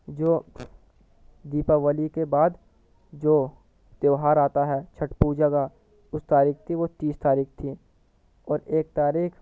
جو دیپاولی کے بعد جو تیوہار آتا ہے چھٹ پوجا کا اس تاریخ تھی وہ تیس تاریخ تھی اور ایک تاریخ